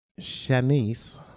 shanice